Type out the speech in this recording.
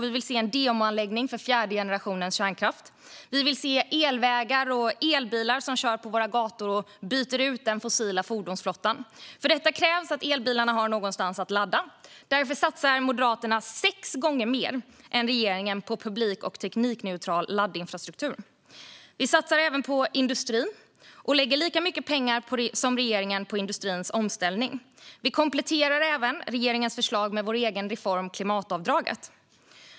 Vi vill se en demoanläggning för fjärde generationens kärnkraft, elvägar och elbilar som kör på våra gator och ersätter den fossila fordonsflottan. För detta krävs att elbilarna kan laddas någonstans. Därför satsar Moderaterna sex gånger mer än regeringen på publik och teknikneutral laddinfrastruktur. Vi satsar också på industrin och lägger lika mycket pengar som regeringen på industrins omställning. Vi kompletterar även regeringens förslag med vår egen reform klimatavdraget.